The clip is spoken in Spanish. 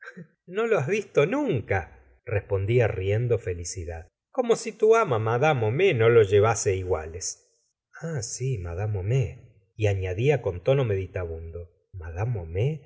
no los has visto nunca respondia riendo felicidad como si tu ama mad homais no los llevase iguales ah si mad homais y añadía con tono meditabundo